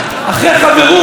אחרי חברות,